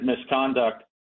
misconduct